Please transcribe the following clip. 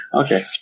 Okay